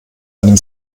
einem